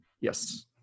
Yes